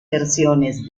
versiones